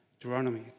deuteronomy